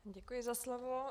Děkuji za slovo.